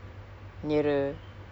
maybe at most